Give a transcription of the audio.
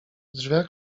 drzwiach